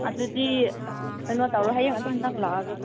ꯑꯗꯨꯗꯤ ꯀꯩꯅꯣ ꯇꯧꯔꯣ ꯍꯌꯦꯡ ꯑꯗꯨꯝ ꯅꯪ ꯂꯥꯛꯂꯒ